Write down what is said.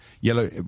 yellow